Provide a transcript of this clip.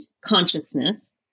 consciousness